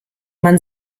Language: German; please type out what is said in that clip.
man